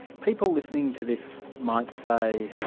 people listening to this might say,